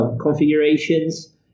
configurations